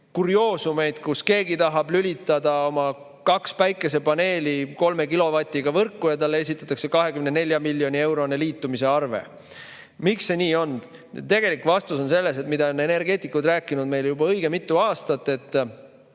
kurioosumeid, kus keegi tahab lülitada oma kaks päikesepaneeli kolme kilovatiga võrku ja talle esitatakse 24 miljoni eurone liitumisarve. Miks see nii on? Tegelik vastus on selles, mida on energeetikud rääkinud meile juba õige mitu aastat.